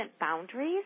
boundaries